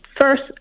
first